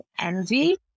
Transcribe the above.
envy